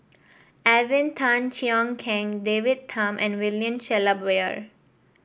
Alvin Tan Cheong Kheng David Tham and William Shellabear